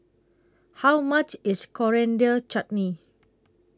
How much IS Coriander Chutney